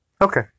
Okay